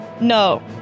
No